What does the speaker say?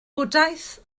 bwdhaeth